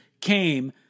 came